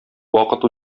вакыт